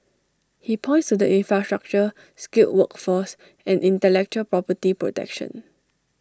he points to the infrastructure skilled workforce and intellectual property protection